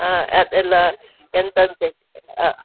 ಹಾಂ ಅದೆಲ್ಲ ಎಂತಂತೆ ಹಾಂ